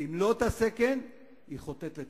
ואם לא תעשה כן, היא חוטאת לתפקידה.